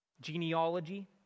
Genealogy